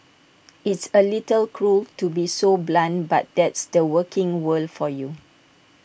it's A little cruel to be so blunt but that's the working world for you